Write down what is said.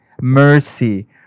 mercy